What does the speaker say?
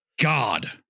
god